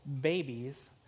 babies